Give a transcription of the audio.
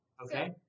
Okay